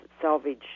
salvage